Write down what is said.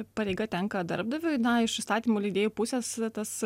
pareiga tenka darbdaviui na iš įstatymų leidėjų pusės tas